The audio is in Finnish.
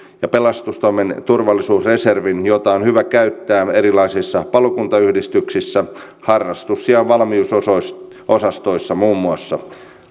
ja pelastustoimen turvallisuusreservin jota on hyvä käyttää erilaisissa palokuntayhdistyksissä harrastus ja valmiusosastoissa muun muassa